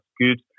good